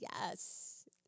yes